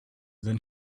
than